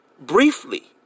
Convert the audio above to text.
Briefly